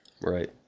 Right